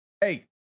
Hey